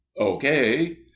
Okay